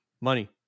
Money